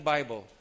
Bible